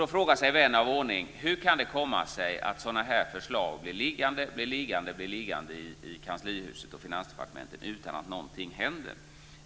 Då frågar sig vän av ordning: Hur kan det komma sig att sådana här förslag blir liggande i kanslihuset och hos Finansdepartementet utan att någonting händer?